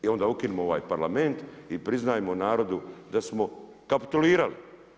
I onda ukinimo ovaj Parlament i priznajmo narodu da smo kapitulirali.